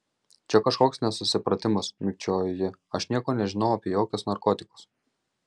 čia kažkoks nesusipratimas mikčiojo ji aš nieko nežinau apie jokius narkotikus